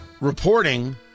reporting